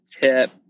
tip